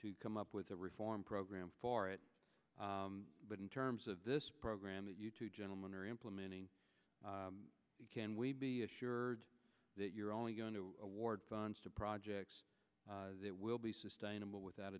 to come up with a reform program for it but in terms of this program that you two gentlemen are implementing can we be assured that you're only going to award funds to projects that will be sustainable without